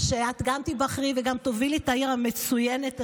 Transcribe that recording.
שאת גם תיבחרי וגם תובילי את העיר המצוינת הזו.